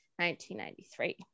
1993